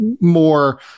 more